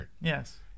Yes